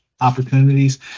opportunities